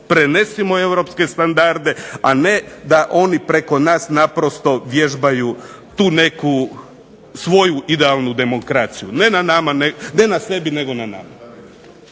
prenesimo europske standarde, a ne da oni preko nas naprosto vježbaju tu neku svoju idealnu demokraciju, ne na nama, ne na sebi